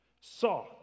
saw